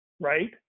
right